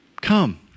Come